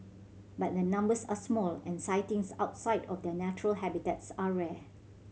but the numbers are small and sightings outside of their natural habitats are rare